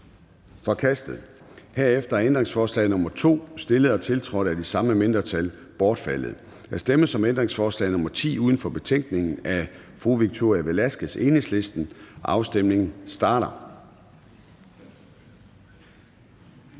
forkastet. Herefter er ændringsforslag nr. 2, stillet og tiltrådt af de samme mindretal, bortfaldet. Der stemmes om ændringsforslag nr. 10 uden for betænkningen af fru Victoria Velasquez (EL), og afstemningen starter.